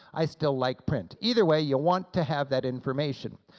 i still like print. either way, you want to have that information.